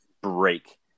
break